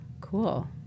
Cool